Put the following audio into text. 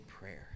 prayer